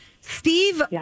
Steve